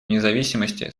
независимости